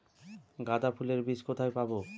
গাঁদা ফুলের বীজ কোথায় পাবো?